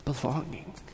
Belonging